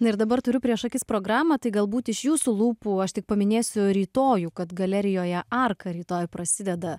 na ir dabar turiu prieš akis programą tai galbūt iš jūsų lūpų aš tik paminėsiu rytojų kad galerijoje arka rytoj prasideda